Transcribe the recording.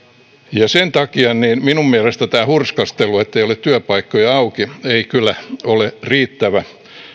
sen takia minun mielestäni tämä hurskastelu ettei ole työpaikkoja auki ei kyllä ole riittävä